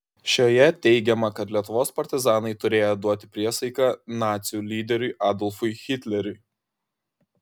šioje teigiama kad lietuvos partizanai turėję duoti priesaiką nacių lyderiui adolfui hitleriui